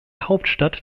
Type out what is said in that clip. hauptstadt